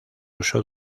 uso